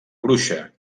bruixa